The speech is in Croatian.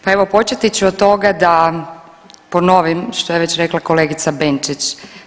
Pa evo početi ću od toga da ponovim što je već rekla kolegica Benčić.